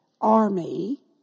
army